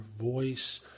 voice